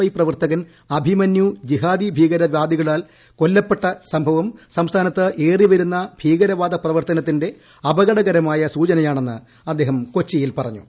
I പ്രവർത്തകൻ അഭിമൻ്യു് ജിഹാദി ഭീകര വാദികളാൽ കൊല ചെയ്യപ്പെട്ട സംഭവം ് സ്ംസ്ഥാനത്ത് ഏറിവരുന്ന ഭീകരവാദ പ്രവർത്തനത്തിന്റെ അപക്ടക്ർമായ സൂചനയാണെന്ന് അദ്ദേഹം കൊച്ചിയിൽ പറഞ്ഞു